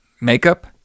Makeup